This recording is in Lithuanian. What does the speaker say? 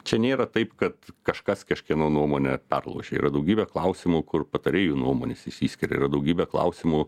čia nėra taip kad kažkas kažkieno nuomonę perlaužė yra daugybė klausimų kur patarėjų nuomonės išsiskiria yra daugybė klausimų